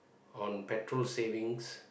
on petrol savings